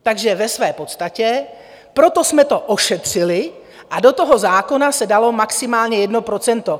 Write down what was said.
Takže ve své podstatě proto jsme to ošetřili a do toho zákona se dalo maximálně 1 %.